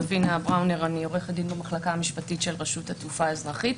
אני עורכת דין במחלקה המשפטית של רשות התעופה האזרחית.